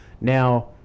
Now